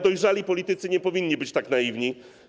Dojrzali politycy nie powinni być tak naiwni.